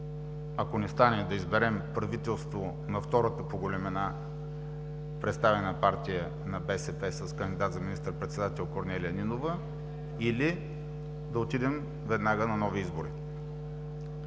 Ако не стане, да изберем правителство на втората по големина представена партия – БСП, с кандидат за министър-председател Корнелия Нинова или да отидем веднага на нови избори.